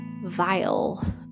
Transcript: vile